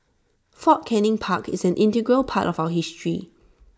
fort Canning park is an integral part of our history